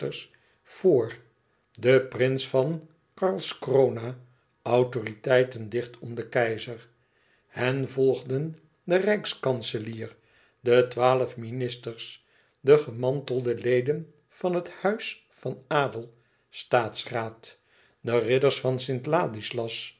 voor de prins van karlskrona autoriteiten dicht om den keizer hen volgden de rijkskanselier de twaalf ministers de gemantelde leden van het huis van adel staatsraad de ridders van st